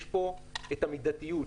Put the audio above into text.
יש פה את המידתיות.